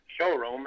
showroom